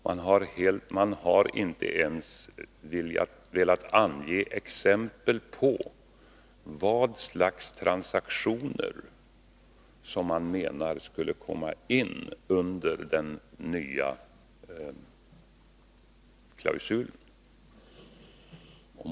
Man har inte ens velat ange exempel på vilket slag av transaktioner som man menar kan komma in under den nya klausulen.